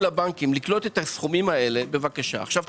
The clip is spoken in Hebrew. נגישות לבנקים, לא יודעים